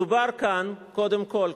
מדובר כאן קודם כול,